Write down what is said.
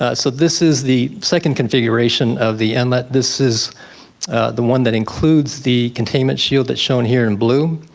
ah so this is the second configuration of the inlet, this is the one that includes the containment shield that's shown here in blue.